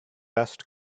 best